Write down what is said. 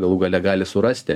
galų gale gali surasti